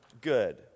good